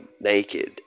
naked